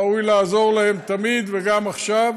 ראוי לעזור להם תמיד, וגם עכשיו,